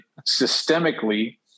systemically